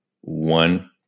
one